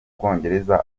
bwongereza